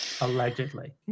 Allegedly